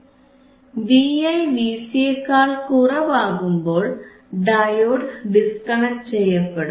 Vi Vc യേക്കാൾ കുറവാകുമ്പോൾ diode disconnect ചെയ്യപ്പെടും